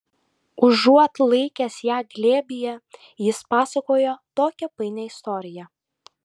užuot laikęs ją glėbyje jis pasakojo tokią painią istoriją